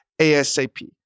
ASAP